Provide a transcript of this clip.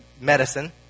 medicine